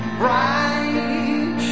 bright